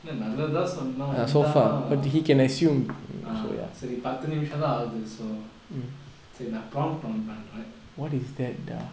இல்ல நல்லது தான் சொன்னோம் இருந்தாலும்:illa nallathu than sonnom irunthalum ah சரி பத்து நிமிசம் தான் ஆகுது:sari pathu nimisam than aakuthu so சரி நா:sari na prompt on பண்றன்:panran